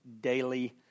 daily